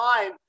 time